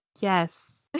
Yes